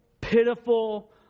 pitiful